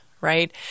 right